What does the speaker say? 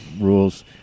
rules—